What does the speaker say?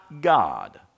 God